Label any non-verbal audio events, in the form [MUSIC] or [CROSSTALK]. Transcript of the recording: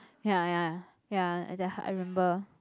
ya ya ya I [NOISE] I remember